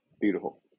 Beautiful